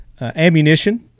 ammunition